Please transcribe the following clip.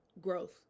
Growth